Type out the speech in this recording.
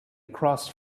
across